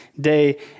day